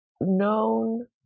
known